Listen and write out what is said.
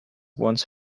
once